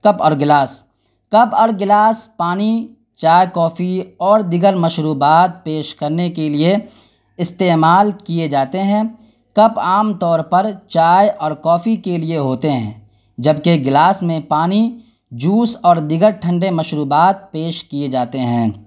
cup اور glass cup اور glass پانی چائے کافی اور دیگر مشروبات پیش کرنے کے لیے استعمال کیے جاتے ہیں کپ عام طور پر چائے اور کافی کے لیے ہوتے ہیں جبکہ گلاس میں پانی جوس اور دیگر ٹھنڈے مشروبات پیش کیے جاتے ہیں